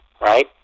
right